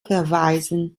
verweisen